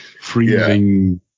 freezing